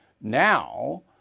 Now